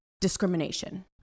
discrimination